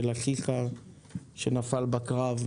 של אחיך שנפל בקרב,